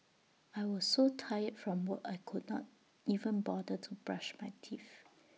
I was so tired from work I could not even bother to brush my teeth